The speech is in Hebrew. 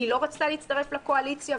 היא לא רצתה להצטרף לקואליציה,